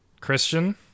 Christian